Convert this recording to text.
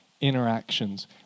interactions